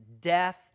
death